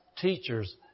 teachers